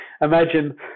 imagine